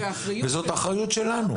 וזאת האחריות שלנו.